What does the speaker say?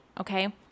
okay